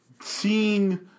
seeing